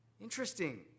Interesting